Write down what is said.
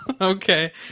Okay